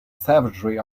savagery